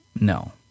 no